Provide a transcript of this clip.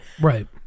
Right